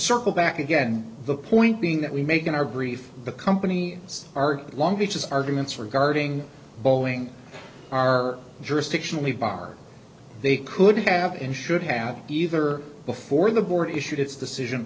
circle back again the point being that we make in our brief the company our long beaches arguments regarding bowling are jurisdictionally bars they could have and should have either before the board issued its decision